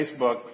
Facebook